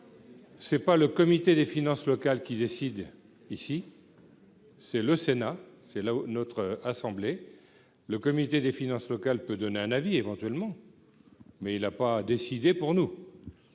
c'est pas le comité des finances locales qui décide ici, c'est le Sénat, c'est là notre assemblée, le comité des finances locales peut donner un avis éventuellement mais il a pas décider pour nous,